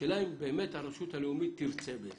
השאלה אם באמת הרשות הלאומית תרצה בזה.